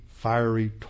fiery